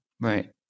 Right